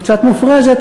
היא קצת מופרזת,